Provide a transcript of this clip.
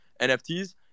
NFTs